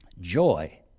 joy